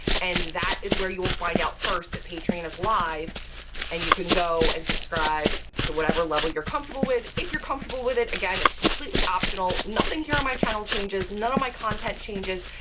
and that is where you will find out first that patreon is live and you can go and subscribe to whatever level you're comfortable with, if you're comfortable with it. again, it's completely optional. nothing here on my channel changes, none of my content changes,